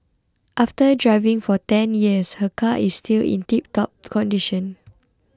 after driving for ten years her car is still in tiptop condition